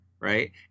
right